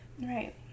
right